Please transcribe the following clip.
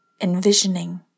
envisioning